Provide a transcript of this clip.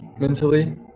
Mentally